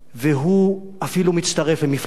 והוא אפילו מצטרף למפלגה.